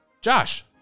Josh